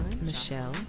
Michelle